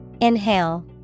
Inhale